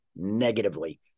negatively